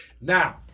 Now